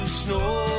snow